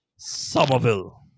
Somerville